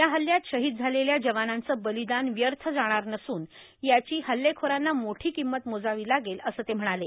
या हल्ल्यात शहिद झालेल्या जवानांचं बलीदान व्यर्थ जाणार नसून याची मोठी किम्मत मोजावी लागेल असं ते म्हणाले